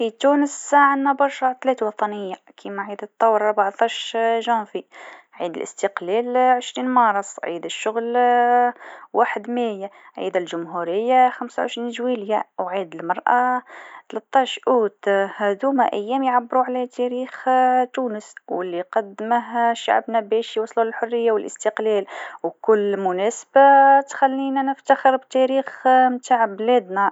في تونس، العطلات الوطنية تتضمن مع عيد الثورة في اربعتاش جانفي، عيد الاستقلال في عشرين مارس، وعيد الجمهورية في خمس وعشرين يوليو. كل عطلة عندها تاريخها وأهميتها في تاريخ البلاد.